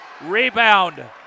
Rebound